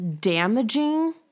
damaging